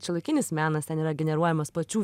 šiuolaikinis menas ten yra generuojamas pačių